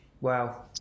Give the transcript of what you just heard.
Wow